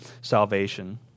salvation